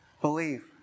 believe